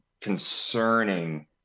concerning